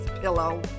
pillow